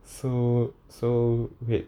so so wait